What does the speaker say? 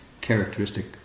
characteristic